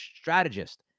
strategist